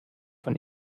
von